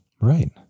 Right